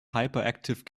hyperactive